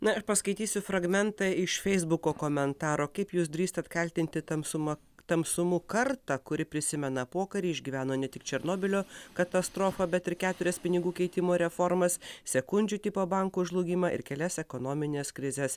na aš paskaitysiu fragmentą iš feisbuko komentarų kaip jūs drįstat kaltinti tamsuma tamsumu karta kuri prisimena pokarį išgyveno ne tik černobylio katastrofą bet ir keturias pinigų keitimo reformas sekundžių tipo bankų žlugimą ir kelias ekonomines krizes